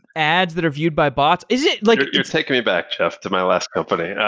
ads that are viewed by bots. is it like take me back, jeff, to my last company.